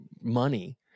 money